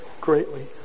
greatly